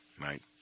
Right